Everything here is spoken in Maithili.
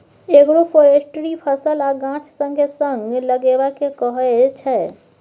एग्रोफोरेस्ट्री फसल आ गाछ संगे संग लगेबा केँ कहय छै